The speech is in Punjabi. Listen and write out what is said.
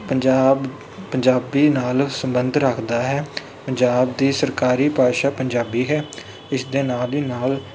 ਪੰਜਾਬ ਪੰਜਾਬੀ ਨਾਲ ਸੰਬੰਧ ਰੱਖਦਾ ਹੈ ਪੰਜਾਬ ਦੀ ਸਰਕਾਰੀ ਭਾਸ਼ਾ ਪੰਜਾਬੀ ਹੈ ਇਸ ਦੇ ਨਾਲ ਹੀ ਨਾਲ